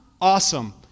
Awesome